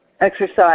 exercise